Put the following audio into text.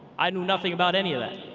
i knew nothing about any of that.